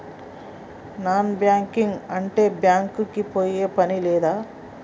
Non banking అంటే bank కి పోయే పని లేదా?